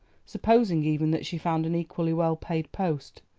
supposing even that she found an equally well-paid post,